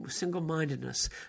single-mindedness